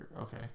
okay